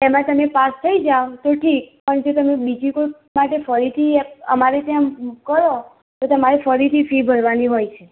એમાં તમે પાસ થઈ જાવ તો ઠીક પણ તમે જો બીજી જોબ માટે ફરીથી અમારે ત્યાં કરો છો તો તમારે ફરીથી ફી ભરવાની હોય છે